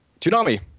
Tsunami